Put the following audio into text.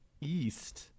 East